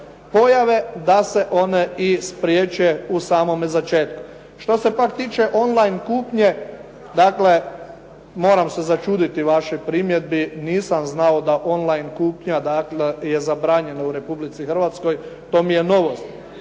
pojave da se one i spriječe u samome začetku. Što se pak tiče on line kupnje, dakle, moram se začuditi vašoj primjedbi nisam znao da on line kupnja dakle, je zabranjena u Republici Hrvatskoj, to mi je novost,